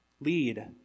lead